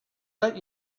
let